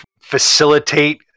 facilitate